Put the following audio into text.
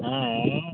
ᱦᱮᱸ